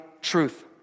truth